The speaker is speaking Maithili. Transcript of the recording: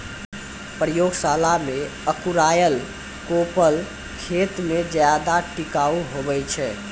प्रयोगशाला मे अंकुराएल कोपल खेत मे ज्यादा टिकाऊ हुवै छै